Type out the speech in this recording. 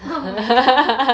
oh my god